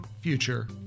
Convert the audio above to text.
future